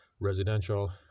residential